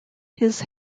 his